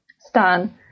Stan